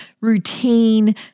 routine